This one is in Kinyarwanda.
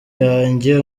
yanjye